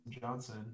Johnson